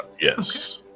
yes